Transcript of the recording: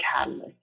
catalyst